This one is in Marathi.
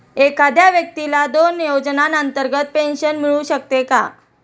एखाद्या व्यक्तीला दोन योजनांतर्गत पेन्शन मिळू शकते का?